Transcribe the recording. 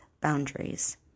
boundaries